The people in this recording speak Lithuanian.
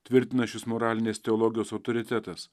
tvirtina šis moralinės teologijos autoritetas